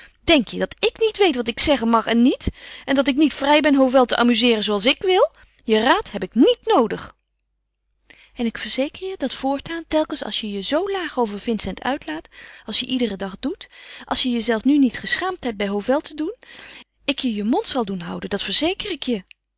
denk je dat ik niet weet wat ik zeggen mag en niet en dat ik niet vrij ben hovel te amuzeeren zooals ik wil je raad heb ik niet noodig en ik verzeker je dat voortaan telkens als je je zoo laag over vincent uitlaat als je iederen dag doet als je je zelf nu niet geschaamd hebt bij hovel te doen ik je je mond zal doen houden dat verzeker ik je